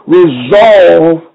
resolve